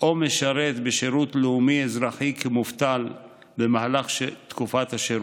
או משרת בשירות לאומי-אזרחי כמובטל במהלך תקופת השירות".